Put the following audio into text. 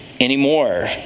anymore